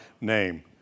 name